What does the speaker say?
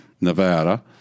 nevada